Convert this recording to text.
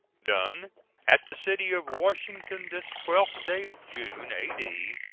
done at the city of washington, this twelfth day of june, a d.